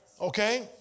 Okay